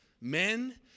men